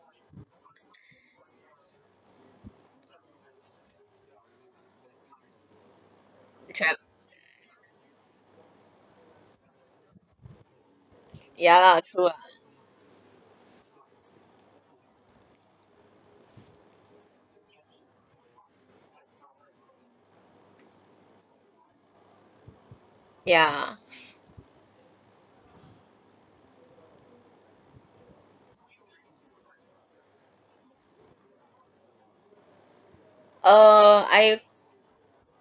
trav~ ya true ah ya oh I